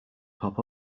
pop